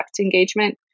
engagement